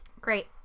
great